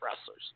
wrestlers